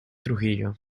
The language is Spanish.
trujillo